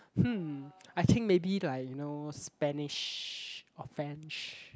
hmm I think maybe like you know Spanish or French